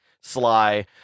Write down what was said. sly